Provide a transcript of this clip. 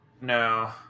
No